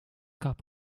gab